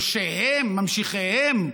יורשיהם, ממשיכיהם,